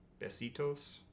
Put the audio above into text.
Besitos